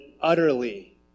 utterly